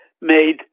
made